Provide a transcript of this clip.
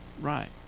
Right